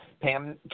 Pam